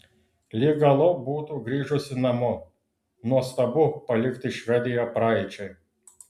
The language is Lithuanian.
lyg galop būtų grįžusi namo nuostabu palikti švediją praeičiai